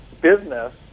business